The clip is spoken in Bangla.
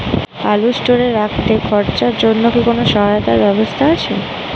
আলু স্টোরে রাখতে খরচার জন্যকি কোন সহায়তার ব্যবস্থা আছে?